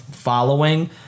following